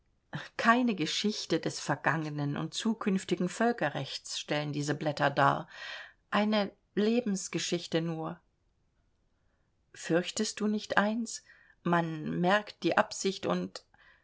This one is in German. keine geschichte des vergangenen und zukünftigen völkerrechts stellen diese blätter dar eine lebensgeschichte nur fürchtest du nicht eins man merkt die absicht und